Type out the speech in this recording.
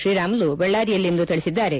ಶ್ರೀರಾಮುಲು ಬಳ್ಳಾರಿಯಲ್ಲಿಂದು ತಿಳಿಸಿದ್ದಾರೆ